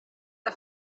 the